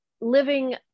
living